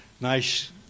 nice